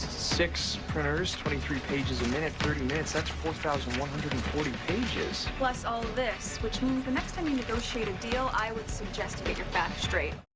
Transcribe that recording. six printers, twenty three pages a minute, thirty minutes, that's four thousand one hundred and forty pages. plus all of this, which means the next time you negotiate a deal, i would suggest to get your facts straight.